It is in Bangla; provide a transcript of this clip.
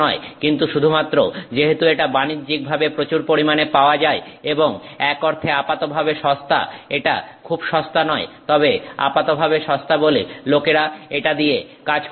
কিন্তু শুধুমাত্র যেহেতু এটা বাণিজ্যিকভাবে প্রচুর পরিমাণে পাওয়া যায় এবং এক অর্থে আপাতভাবে সস্তা এটা খুব সস্তা নয় তবে আপাতভাবে সস্তা বলে লোকেরা এটা দিয়ে কাজ করে থাকে